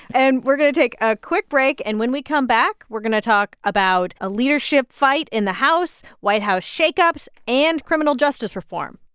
and we're going to take a quick break. and when we come back, we're going to talk about a leadership fight in the house, white house shakeups and criminal justice reform